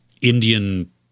Indian